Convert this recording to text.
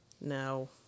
no